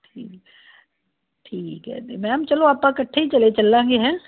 ਠੀਕ ਠੀਕ ਹੈ ਅਤੇ ਮੈਮ ਚਲੋ ਆਪਾਂ ਇਕੱਠੇ ਹੀ ਚਲੇ ਚੱਲਾਂਗੇ ਹੈਂ